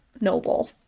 noble